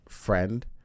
friend